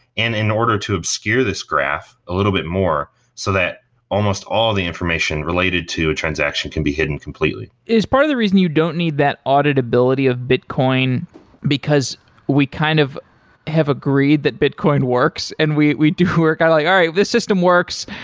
and in order to obscure this graph a little bt more so that almost all the information related to a transaction can be hidden completely is part of the reason you don't need that audit ability of bitcoin because we kind of have agreed that bitcoin works and we we do work like, all right. this system works.